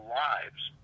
lives